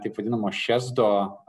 taip vadinamos šesto